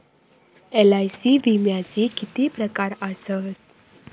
LIC विम्याचे किती प्रकार आसत?